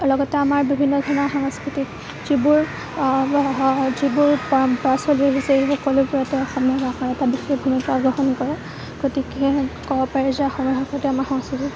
লগতে আমাৰ বিভিন্ন ধৰণৰ সাংস্কৃতিক যিবোৰ যিবোৰ পৰম্পৰা চলি আহিছে সেই সকলোবোৰতে অসমীয়া ভাষাই এটা বিশেষ ভূমিকা গ্ৰহণ কৰে গতিকে ক'ব পাৰি যে অসমীয়া ভাষাটোৱে আমাৰ সংস্কৃতি